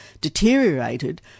deteriorated